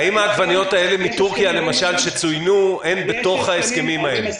האם העגבניות האלה מטורקיה שצוינו הן בתוך ההסכמים האלה?